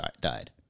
died